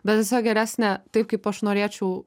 bet tiesiog geresnė taip kaip aš norėčiau